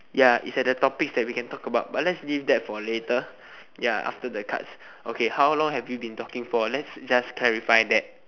ya it's at the topic that we can talk about but let's leave that for later ya after the cards okay how long have we been talking for let's just clarify that